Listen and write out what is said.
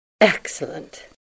Excellent